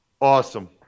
Awesome